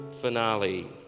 finale